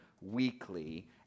weekly